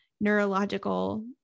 neurological